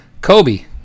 kobe